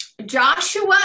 Joshua